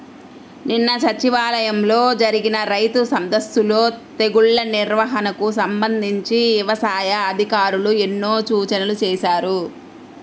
నిన్న సచివాలయంలో జరిగిన రైతు సదస్సులో తెగుల్ల నిర్వహణకు సంబంధించి యవసాయ అధికారులు ఎన్నో సూచనలు చేశారు